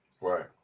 Right